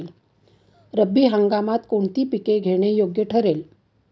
रब्बी हंगामात कोणती पिके घेणे योग्य ठरेल?